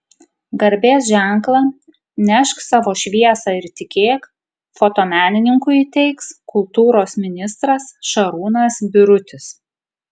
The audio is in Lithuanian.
garbės ženklą nešk savo šviesą ir tikėk fotomenininkui įteiks kultūros ministras šarūnas birutis